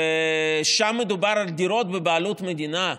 ושם מדובר על דירות בבעלות מדינה.